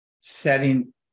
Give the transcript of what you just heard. setting